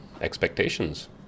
expectations